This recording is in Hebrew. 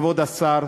כבוד השר,